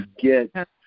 get